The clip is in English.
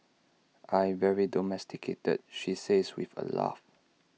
I very domesticated she says with A laugh